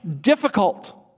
difficult